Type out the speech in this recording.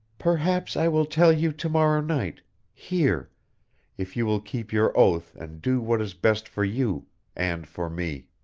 perhaps i will tell you to-morrow night here if you will keep your oath and do what is best for you and for me.